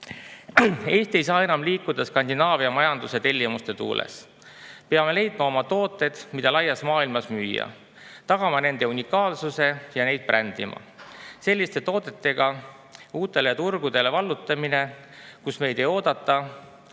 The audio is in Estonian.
ei saa enam liikuda Skandinaavia majanduse tellimuste tuules. Peame leidma oma tooted, mida laias maailmas müüa, tagama nende unikaalsuse ja neid brändima. Selliste toodetega uute turgude, kus meid ei oodata,